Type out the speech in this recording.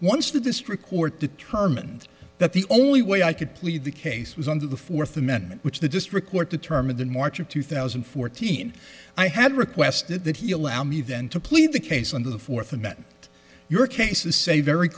once the district court determined that the only way i could plead the case was under the fourth amendment which the district court determined in march of two thousand and fourteen i had requested that he allow me then to plead the case on the fourth and that your case is say very